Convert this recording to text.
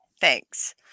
thanks